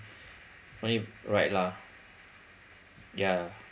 right lah ya